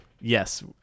yes